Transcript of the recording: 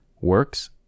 works